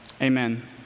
amen